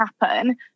happen